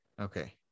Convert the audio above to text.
Okay